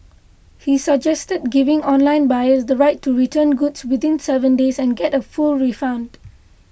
he suggested giving online buyers the right to return goods within seven days and get a full refund